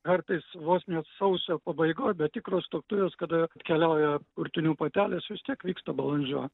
kartais vos net sausio pabaigoj bet tikros tuoktuvės kada keliauja kurtinių patelės vis tiek vyksta balandžio